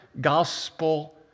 gospel